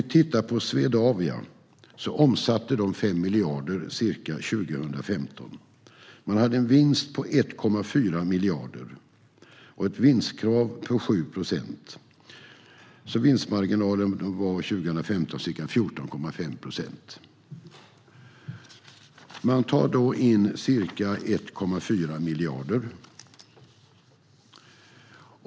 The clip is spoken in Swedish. Swedavia omsatte ca 5 miljarder 2015. Man hade en vinst på 1,4 miljarder och ett vinstkrav på 7 procent. Vinstmarginalen var 2015 ca 14,5 procent. Man tar då in ca 1,4 miljarder.